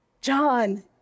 John